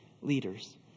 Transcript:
leaders